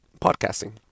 podcasting